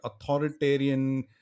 authoritarian